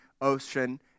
ocean